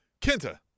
Kenta